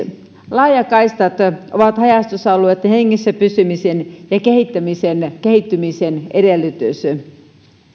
laajakaistat ovat haja asutusalueitten hengissä pysymisen ja kehittymisen edellytys